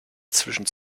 zwischen